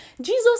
Jesus